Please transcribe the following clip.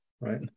Right